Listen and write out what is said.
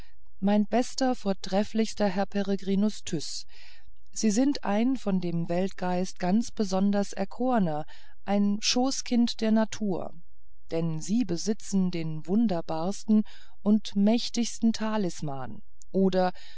mein bester vortrefflichster herr peregrinus tyß sie sind ein von dem weltgeist ganz besonders erkorner ein schoßkind der natur denn sie besitzen den wunderbarsten mächtigsten talisman oder